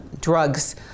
drugs